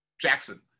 Jackson